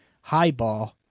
Highball